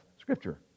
scripture